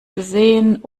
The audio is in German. gesehen